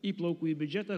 įplaukų į biudžetą